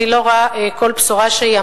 כל בשורה שהיא.